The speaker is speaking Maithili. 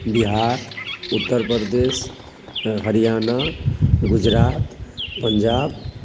बिहार उत्तर प्रदेश हरियाणा गुजरात पञ्जाब